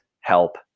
help